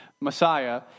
Messiah